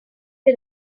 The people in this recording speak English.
for